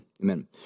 Amen